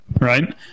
right